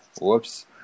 Whoops